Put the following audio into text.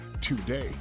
today